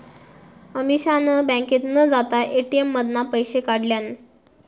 अमीषान बँकेत न जाता ए.टी.एम मधना पैशे काढल्यान